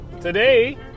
Today